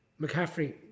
mccaffrey